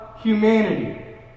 Humanity